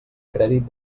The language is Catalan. crèdit